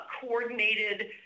coordinated